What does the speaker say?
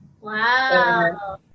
Wow